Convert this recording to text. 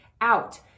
out